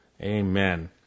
Amen